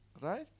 right